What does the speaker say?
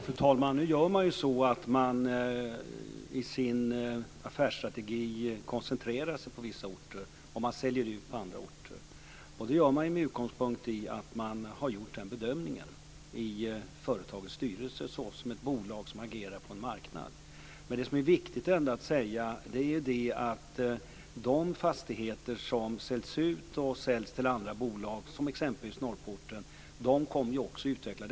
Fru talman! Nu koncentrerar man sig i sin affärsstrategi på vissa orter, och man säljer ut på andra orter. Det gör man med utgångspunkt i att man har gjort den bedömningen i företagets styrelse såsom ett bolag som agerar på en marknad. Det är viktigt att säga att de fastigheter som säljs ut och säljs till andra bolag, exempelvis Norrporten, också kommer att utvecklas.